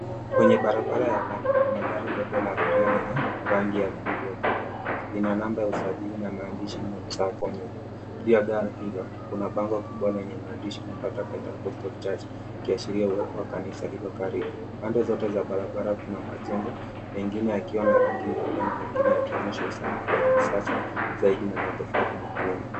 Kwenye barabara ya lami kuna gari ndogo la abiria lenye rangi ya buluu iliyokolea lina namba ya usajili na maandishi huko nyuma juu ya gari hilo kuna kubwa bango lenye maandishi Pentacostal Church ikiashiria uwepo wa kanisa liko karibu pande zote za barabara kuna majengo mengine yakiwa na rangi nyeupe na mengine yakionyesha usanifu wa kisasa zaidi na matofali mekundu.